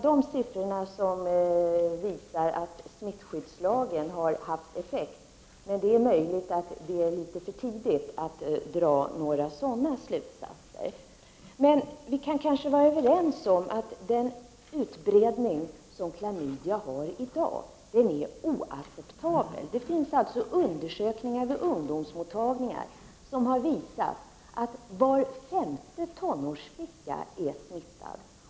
Dessa siffror tyder inte på att smittskyddslagen har haft någon effekt, men det är möjligt att det är litet för tidigt att dra några sådana slutsatser. Men vi kan kanske vara överens om att den utbredning som klamydia i dag har är oacceptabel. Undersökningar från ungdomsmottagningar har visat att var femte tonårsflicka är smittad.